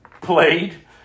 played